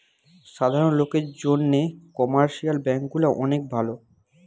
সাধারণ লোকের জন্যে কমার্শিয়াল ব্যাঙ্ক গুলা অনেক ভালো